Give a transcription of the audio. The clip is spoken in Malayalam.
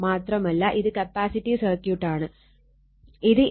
മാത്രമല്ല ഇത് കപ്പാസിറ്റീവ് സർക്യൂട്ടാണ് ഇത് 8